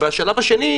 והשלב השני,